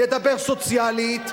נדבר סוציאלית,